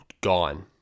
gone